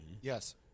Yes